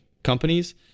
companies